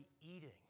eating